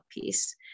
piece